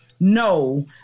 No